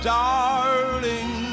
darling